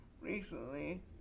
recently